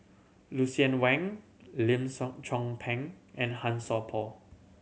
Lucien Wang Lim Chong Pang and Han So Por